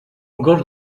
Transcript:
gos